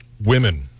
women